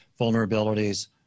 vulnerabilities